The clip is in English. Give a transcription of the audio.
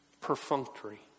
perfunctory